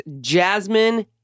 Jasmine